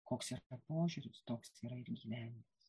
koks yra požiūris toks yra ir gyvenimas